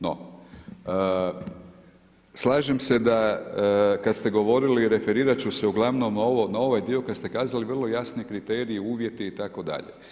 No, slažem se da kada ste govorili, referirati ću se uglavnom na ovaj dio kada ste kazali vrlo jasni kriteriji, uvjeti itd.